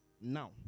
Now